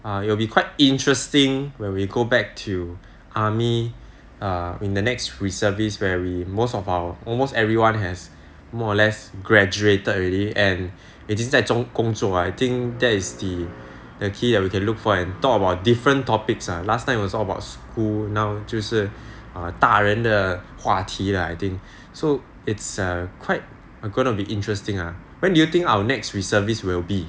err it'll be quite interesting when we go back to army err when the next reservist where we most of our almost everyone has more or less graduated already and 已近在工作 I think there is the the key that we can look for and talk about different topics ah last time it was all about school now 就是大人的话题 lah I think so it's quite err gonna be interesting ah when do you think our next reservist will be